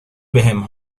بهم